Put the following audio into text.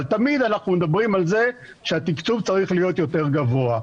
אבל תמיד אנחנו מדברים על זה שהתקצוב צריך להיות יותר גבוה.